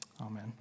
Amen